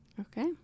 okay